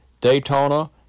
Daytona